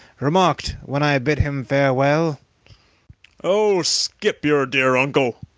remarked, when i bade him farewell oh, skip your dear uncle!